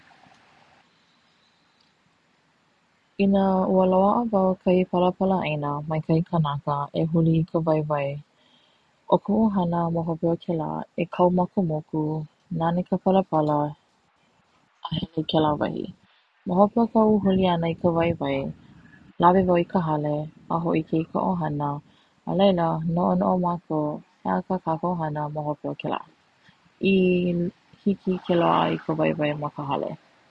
Ina loaʻa wau i ka palapala ʻaina mai kahi kanaka e huli i ka waiwai o koʻu hana ma hopę o kela e kau ma ka moku nana I ka palapala a hele i kela wahi, ma hope o koʻu huli ana i ka waiwai lawe wau i ka hale a hoʻike i ka ʻohana a Laila noʻonoʻo he aha ka kakou hana ma hope o kela I hiki ke loaʻa I ka waiwai ma ka hale.